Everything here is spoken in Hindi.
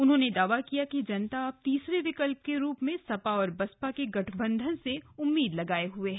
उन्होंने दावा किया कि जनता अब तीसरे विकल्प के रूप में सपा और बसपा के गठबंधन से उम्मीद लगाए हए है